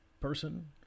person